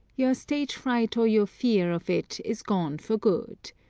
your stage fright or your fear of it is gone for good.